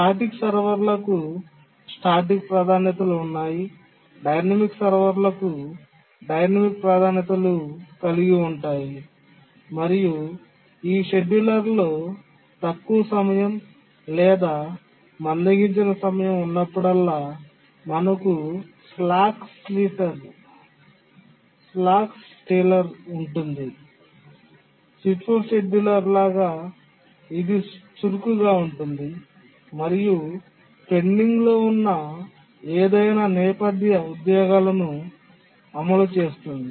static సర్వర్లకు static ప్రాధాన్యతలు ఉన్నాయి డైనమిక్ సర్వర్లు డైనమిక్ ప్రాధాన్యతలను కలిగి ఉంటాయి మరియు ఆ షెడ్యూలర్లో తక్కువ సమయం లేదా మందగించిన సమయం ఉన్నప్పుడల్లా మనకు స్లాక్ స్టీలర్ ఉంటుంది FIFO షెడ్యూలర్ లాగా ఇది చురుకుగా ఉంటుంది మరియు పెండింగ్లో ఉన్న ఏదైనా నేపథ్య ఉద్యోగాలను అమలు చేస్తుంది